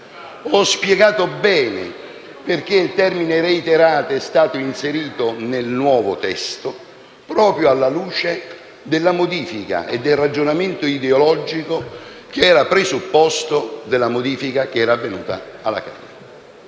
ho spiegato bene perché il termine «reiterate» è stato inserito nel nuovo testo, proprio alla luce della modifica e del ragionamento ideologico che era il presupposto della modifica avvenuta alla Camera.